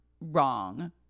wrong